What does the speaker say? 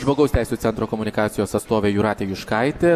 žmogaus teisių centro komunikacijos atstovė jūratė juškaitė